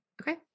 okay